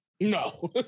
No